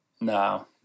No